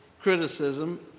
criticism